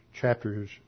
chapters